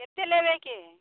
कतेक लेबयके हइ